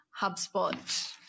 hubspot